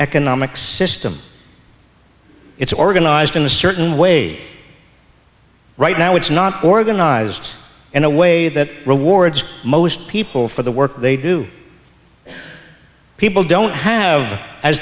economic system it's organized in a certain way right now it's not organized in a way that rewards most people for the work they do people don't have as